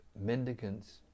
Mendicants